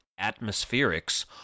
atmospherics